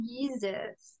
Jesus